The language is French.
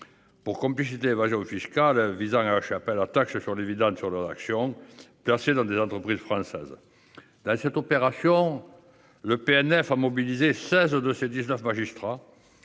pour complicité d'évasion fiscale visant à échapper à la taxe sur les dividendes sur leurs actions placées dans des entreprises françaises. Pour mener cette opération, le PNF a mobilisé 16 de ses 19 magistrats,